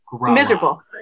Miserable